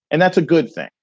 and that's a good thing.